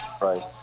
Right